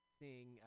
seeing